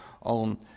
on